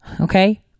Okay